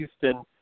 Houston